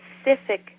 specific